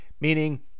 Meaning